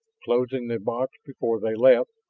closing the box before they left.